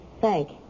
Thank